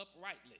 uprightly